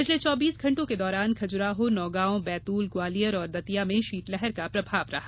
पिछले चौबीस घंटों के दौरान खज्राहो नौगांव बैतूल ग्वालियर और दतिया में शीतलहर का प्रभाव रहा